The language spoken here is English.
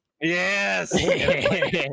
Yes